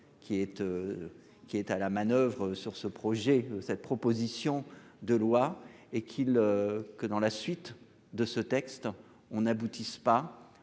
Qui est à la manoeuvre sur ce projet. Cette proposition de loi et qu'il. Que dans la suite de ce texte on n'aboutisse pas